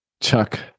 Chuck